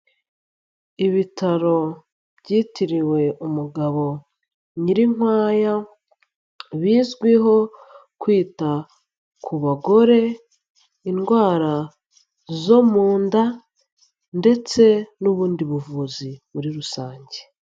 Ibitaro byitiriwe umugabo Nyirinkwaya bizwiho kwita ku bagore, indwara zo mu nda ndetse n'ubundi buvuzi muri rusange.